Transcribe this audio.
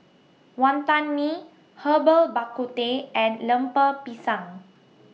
Wantan Mee Herbal Bak Ku Teh and Lemper Pisang